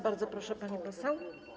Bardzo proszę, pani poseł.